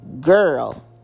Girl